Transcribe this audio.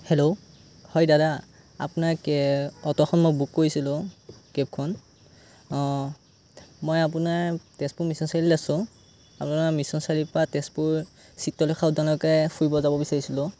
hello হয় দাদা আপোনাৰ কে অটো'খন মই বুক কৰিছিলোঁ কেবখন অঁ মই আপোনাৰ তেজপুৰ মিছন চাৰিআলিত আছোঁ আপোনাৰ মিছন চাৰিআলিৰ পৰা তেজপুৰ চিত্ৰলেখা উদ্যানলৈকে ফুৰিব যাব বিচাৰিছিলোঁ